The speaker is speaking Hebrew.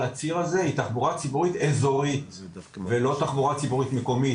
הציר הזה היא תחבורה ציבורית אזורית ולא תחבורה ציבורית מקומית.